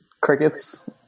Crickets